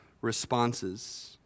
responses